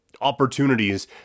opportunities